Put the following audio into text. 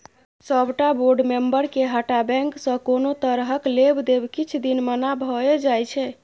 सबटा बोर्ड मेंबरके हटा बैंकसँ कोनो तरहक लेब देब किछ दिन मना भए जाइ छै